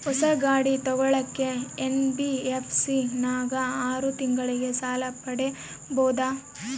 ಹೊಸ ಗಾಡಿ ತೋಗೊಳಕ್ಕೆ ಎನ್.ಬಿ.ಎಫ್.ಸಿ ನಾಗ ಆರು ತಿಂಗಳಿಗೆ ಸಾಲ ಪಡೇಬೋದ?